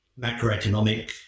macroeconomic